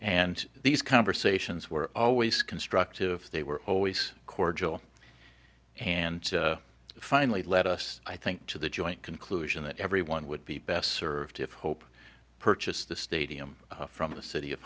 and these conversations were always constructive they were always cordial and finally let us i think to the joint conclusion that everyone would be best served if hope purchased the stadium from the city of